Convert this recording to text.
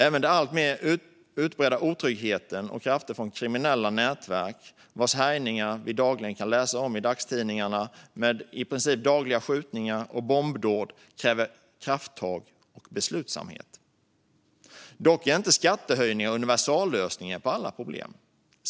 Även den alltmer utbredda otryggheten och krafter från kriminella nätverk, vars härjningar i form av i princip dagliga skjutningar och bombdåd vi kan läsa om i dagstidningarna, kräver krafttag och beslutsamhet. Dock är inte skattehöjningar universallösningen på alla problem.